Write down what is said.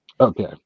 okay